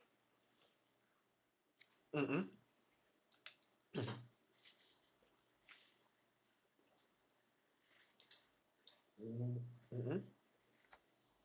mmhmm mm mmhmm